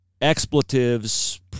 expletives